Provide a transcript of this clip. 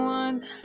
one